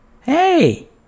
hey